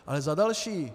Ale za další.